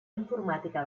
informàtica